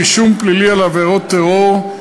רישום פלילי על עבירות טרור),